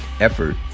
effort